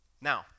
Now